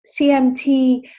CMT